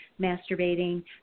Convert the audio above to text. masturbating